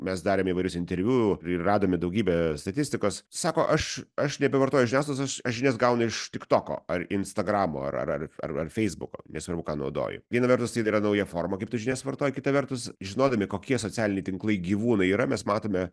mes darėme įvairius interviu ir radome daugybę statistikos sako aš aš nebevartoju žiniasklaidos aš žinias gauna iš tiktoko ar instagramo ar ar ar ar feisbuko nesvarbu ką naudoji viena vertus tai yra nauja forma kaip tu žinias vartoji kita vertus žinodami kokie socialiniai tinklai gyvūnai yra mes matome